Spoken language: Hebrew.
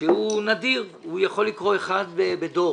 שהוא נדיר והוא יכול לקרות אחד בדור